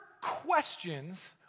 questions